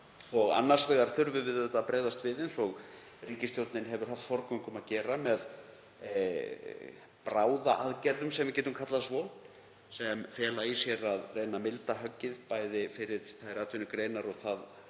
Annars vegar þurfum við auðvitað að bregðast við, eins og ríkisstjórnin hefur haft forgöngu um að gera, með bráðaaðgerðum sem við getum kallað svo, sem fela í sér að reyna að milda höggið bæði fyrir þær atvinnugreinar og það